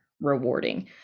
rewarding